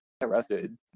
arrested